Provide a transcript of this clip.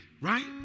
right